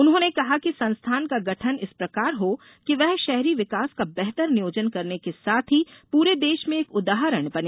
उन्होंने कहा कि संस्थान का गठन इस प्रकार हो कि वह शहरी विकास का बेहतर नियोजन करने के साथ ही पूरे देश में एक उदाहरण बने